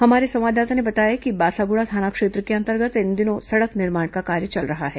हमारे संवाददाता ने बताया कि बासागुड़ा थाना क्षेत्र के अंतर्गत इन दिनों सड़क निर्माण का कार्य चल रहा है